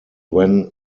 when